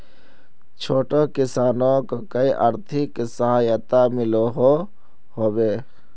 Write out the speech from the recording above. छोटो किसानोक कोई आर्थिक सहायता मिलोहो होबे?